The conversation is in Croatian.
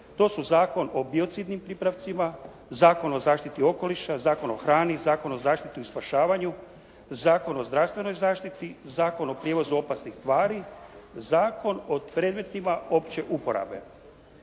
To su Zakon o biocidnim pripravcima, Zakon o zaštiti okoliša, Zakon o hrani, Zakon o zaštiti i spašavanju, Zakon o zdravstvenoj zaštiti, Zakon o prijevozu opasnih tvari, Zakon o predmetima opće uporabe.